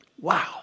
Wow